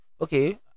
okay